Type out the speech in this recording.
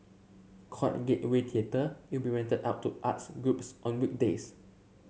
called in Gateway Theatre it will be rented out to arts groups on weekdays